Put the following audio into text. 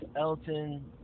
Elton